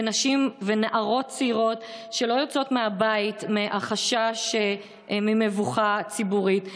ונשים ונערות צעירות שלא יוצאות מהבית מהחשש ממבוכה ציבורית.